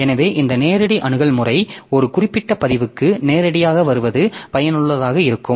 எனவே இந்த நேரடி அணுகல் முறை ஒரு குறிப்பிட்ட பதிவுக்கு நேரடியாக வருவது பயனுள்ளதாக இருக்கும்